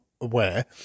aware